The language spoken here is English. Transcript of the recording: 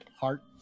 Heart